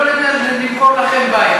לא נמכור לכם בית,